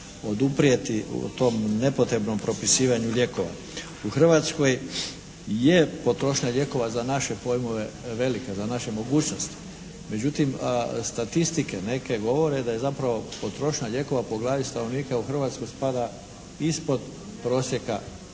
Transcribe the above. oduprijeti u tom nepotrebnom propisivanju lijekova. U Hrvatskoj je potrošnja lijekova za naše pojmove velika, za naše mogućnosti. Međutim, statistike neke govore da je zapravo potrošnja lijekova po glavi stanovnika u Hrvatskoj spada ispod prosjeka